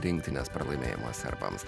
rinktinės pralaimėjimo serbams